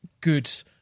good